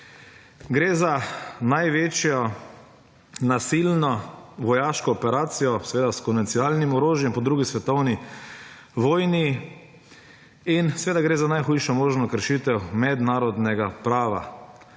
Gre za največjo nasilno vojaško operacijo, seveda s komercialnim orožjem po drugi svetovni vojni in seveda gre za najhujšo možno kršitev mednarodnega prava.